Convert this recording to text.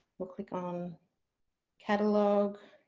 we'll click on catalogue.